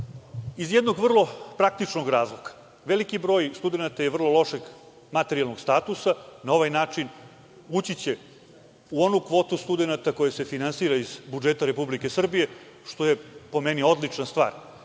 iz jednog vrlo praktičnog razloga, veliki broj studenata je vrlo lošeg materijalnog statusa. Na ovaj način ući će u onu kvotu studenata koji se finansiraju iz budžeta RS, što je po meni odlična stvar,